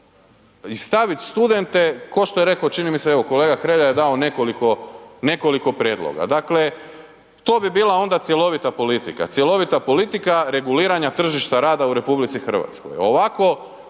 to stavit studente kao što je reko, čini mi se evo, kolega Hrelja je dao nekoliko prijedloga. Dakle, to bi bila onda cjelovita politika, cjelovita politika reguliranja tržišta rada u RH. Ovako